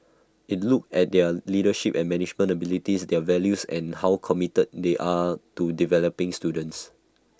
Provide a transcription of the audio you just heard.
IT look at their leadership and management abilities their values and how committed they are to developing students